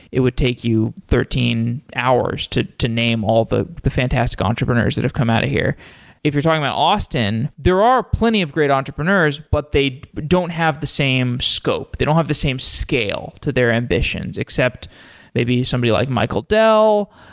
it would take you thirteen hours to to name all the the fantastic entrepreneurs that have come out of here if you're talking about austin, there are plenty of great entrepreneurs, but they don't have the same scope. they don't have the same scale to their ambitions, except maybe somebody like michael dell.